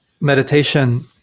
meditation